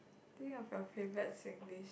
think of your favourite Singlish